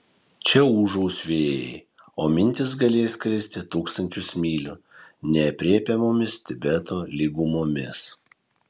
čia ūžaus vėjai o mintys galės skristi tūkstančius mylių neaprėpiamomis tibeto lygumomis